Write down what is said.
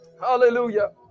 Hallelujah